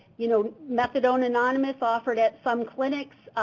you know, methadone anonymous offered at some clinics,